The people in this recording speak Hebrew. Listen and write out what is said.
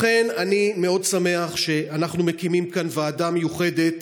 לכן אני מאוד שמח שאנחנו מקימים כאן ועדה מיוחדת